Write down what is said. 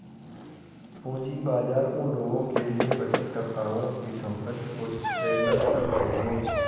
पूंजी बाजार उन लोगों के लिए बचतकर्ताओं की संपत्ति को चैनल करते हैं